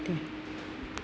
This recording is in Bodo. दे